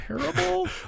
terrible